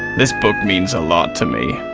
this book means a lot to me,